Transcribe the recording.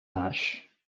ash